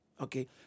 Okay